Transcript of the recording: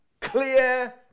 clear